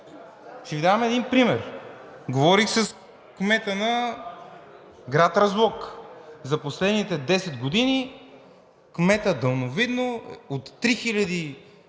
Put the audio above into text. Ще Ви дам един пример. Говорих с кмета на град Разлог. За последните 10 години кметът далновидно от 3000